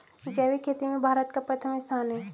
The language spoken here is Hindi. जैविक खेती में भारत का प्रथम स्थान है